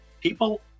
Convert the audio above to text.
people